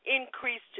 increased